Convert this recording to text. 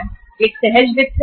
उनमें से एक सहज वित्त है